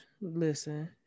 Listen